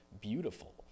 beautiful